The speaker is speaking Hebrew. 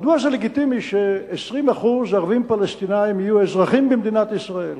מדוע זה לגיטימי ש-20% ערבים פלסטינים יהיו אזרחים במדינת ישראל